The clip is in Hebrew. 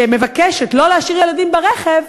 שמבקשת לא להשאיר ילדים ברכב,